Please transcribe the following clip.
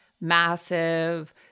massive